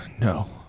No